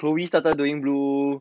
chloe started doing blue